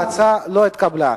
ההצעה לא התקבלה.